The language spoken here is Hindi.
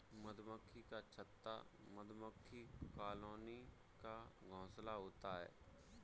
मधुमक्खी का छत्ता मधुमक्खी कॉलोनी का घोंसला होता है